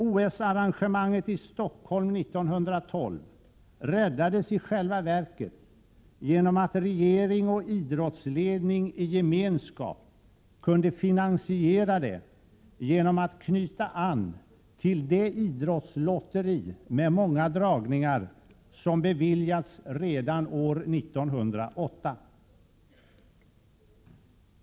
ENE OS-arrangemanget i Stockholm 1912 räddades i själva verket genom att regering och idrottsledning i gemenskap kunde finansiera det genom att knyta an till det idrottslotteri med många dragningar som beviljats redan år 1908.